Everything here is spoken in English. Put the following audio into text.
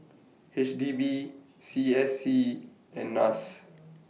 H D B C S C and Nas